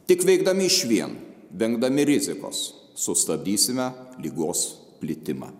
tik veikdami išvien vengdami rizikos sustabdysime ligos plitimą